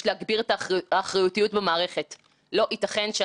כאשר אנשים שפעלו נגד האינטרס הציבורי נהנים מסודיות מוחלטת,